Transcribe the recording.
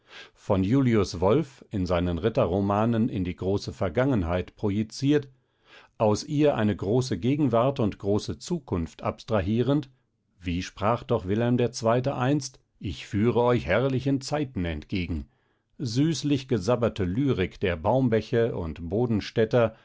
von julius wolff in seinen ritterromanen in die große vergangenheit projiziert aus ihr eine große gegenwart und große zukunft abstrahierend wie sprach doch wilhelm ii einst ich führe euch herrlichen zeiten entgegen süßlich gesabberte lyrik der baumbäche und